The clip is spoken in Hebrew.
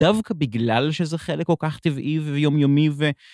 דווקא בגלל שזה חלק כל כך טבעי ויומיומי ו...